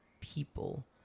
people